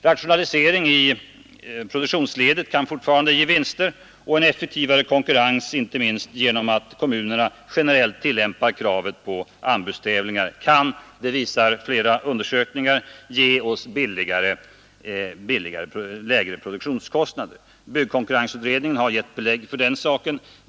Rationaliseringar i produktionsledet kan fortfarande ge vinster, och en effektivare konkurrens, inte minst genom att kommunerna generellt tillämpar kravet på anbudstävlingar kan — det visar flera undersökningar — ge oss lägre produktionskostnader. Byggkonkurrensutredningen har gett belägg för den saken.